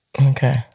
Okay